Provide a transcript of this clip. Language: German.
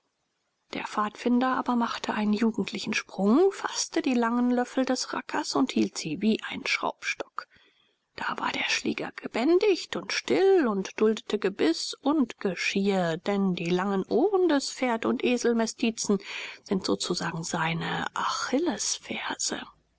der pfadfinder aber machte einen jugendlichen sprung faßte die langen löffel des rackers und hielt sie wie ein schraubstock da war der schläger gebändigt und still und duldete gebiß und geschirr denn die langen ohren des pferd und eselmestizen sind sozusagen seine achillesferse